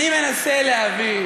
אני מנסה להבין